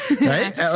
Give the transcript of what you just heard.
right